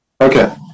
Okay